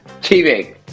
TV